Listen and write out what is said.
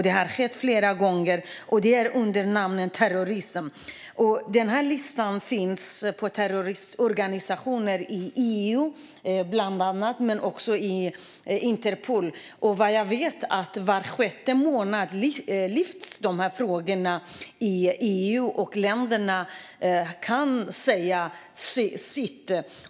Sådant har skett flera gånger i namn av att bekämpa terrorism. Det finns en lista på terroristorganisationer i bland annat EU men också hos Interpol. Jag vet att dessa frågor lyfts upp var sjätte månad i EU, och länderna kan säga sitt.